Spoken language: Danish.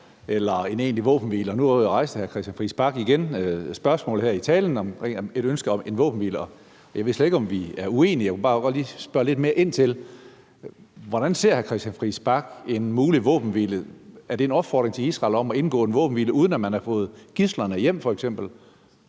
og en egentlig våbenhvile, og nu rejste hr. Christian Friis Bach her i talen igen et ønske om en våbenhvile. Jeg ved slet ikke, om vi er uenige, men jeg vil bare godt lige spørge lidt mere ind til det. Hvordan ser hr. Christian Friis Bach en mulig våbenhvile? Er det en opfordring til Israel om at indgå en våbenhvile, uden at man f.eks. har fået gidslerne hjem?